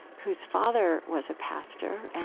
whose father was a pastor,